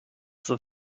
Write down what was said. the